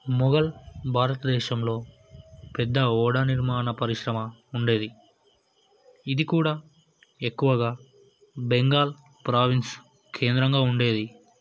మొఘల్ భారతదేశంలో పెద్ద ఓడ నిర్మాణ పరిశ్రమ ఉండేది ఇది కూడా ఎక్కువగా బెంగాల్ ప్రావిన్స్ కేంద్రంగా ఉండేది